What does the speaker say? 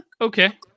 Okay